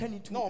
no